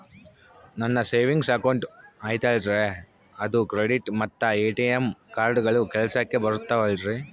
ನನ್ನ savings account ಐತಲ್ರೇ ಅದು ಕ್ರೆಡಿಟ್ ಮತ್ತ ಎ.ಟಿ.ಎಂ ಕಾರ್ಡುಗಳು ಕೆಲಸಕ್ಕೆ ಬರುತ್ತಾವಲ್ರಿ?